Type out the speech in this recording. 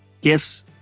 gifts